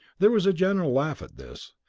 there was a general laugh at this.